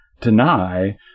deny